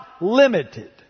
limited